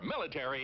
military